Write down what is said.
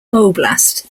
oblast